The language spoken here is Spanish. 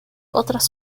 otras